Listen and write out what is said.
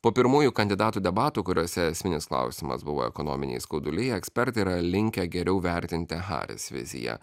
po pirmųjų kandidatų debatų kuriuose esminis klausimas buvo ekonominiai skauduliai ekspertai yra linkę geriau vertinti haris viziją